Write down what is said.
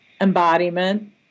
embodiment